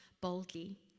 boldly